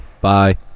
Bye